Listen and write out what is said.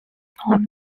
known